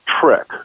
trick